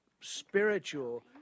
spiritual